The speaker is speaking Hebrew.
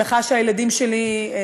שמחה שהילדים שלי,